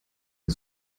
der